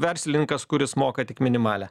verslininkas kuris moka tik minimalią